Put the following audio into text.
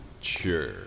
Sure